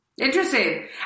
Interesting